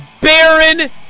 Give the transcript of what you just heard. Baron